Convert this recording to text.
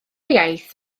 iaith